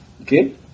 Okay